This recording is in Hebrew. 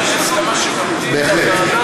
יש הסכמה, בהחלט.